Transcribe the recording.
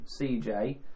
CJ